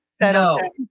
no